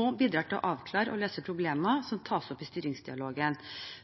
og bidrar til å avklare og løse problemer som tas opp i styringsdialogen,